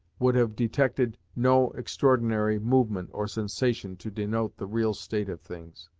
would have detected no extraordinary movement or sensation to denote the real state of things.